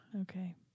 Okay